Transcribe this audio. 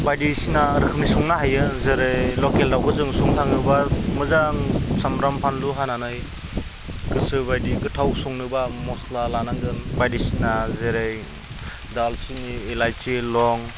बायदिसिना रोखोमनि संनो हायो आरो जेरै लकेल दाउखौ जोङो संनो थाङोबा मोजां सामब्राम फानलु हानानै गोसो बायदि गोथाव संनोबा मस्ला लानानै जों बायदिसिना जेरै दालसिनि इलायसि लं